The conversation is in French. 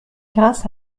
grâce